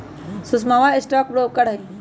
सुषमवा stock broker हई